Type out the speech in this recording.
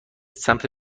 سمت